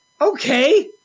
okay